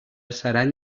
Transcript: seran